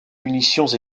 munitions